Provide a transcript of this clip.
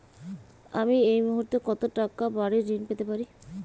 আমি এই মুহূর্তে কত টাকা বাড়ীর ঋণ পেতে পারি?